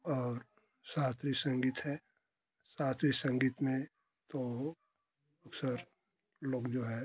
और शास्त्रीय संगीत है शास्त्रीय संगीत में तो अक्सर लोग जो हैं